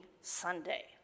Sunday